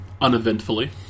uneventfully